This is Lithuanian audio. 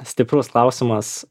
stiprus klausimas